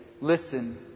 Listen